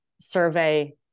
survey